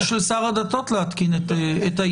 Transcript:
היא של שר הדתות להתקין את העניין,